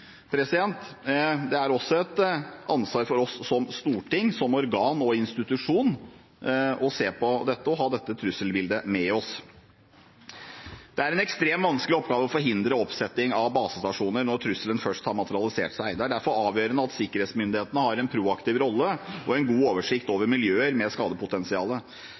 Det er også et ansvar for oss som storting, som organ og institusjon, å se på dette og ha dette trusselbildet med oss. Det er en ekstremt vanskelig oppgave å forhindre oppsetting av basestasjoner når trusselen først har materialisert seg. Det er derfor avgjørende at sikkerhetsmyndighetene har en proaktiv rolle og en god oversikt over miljøer med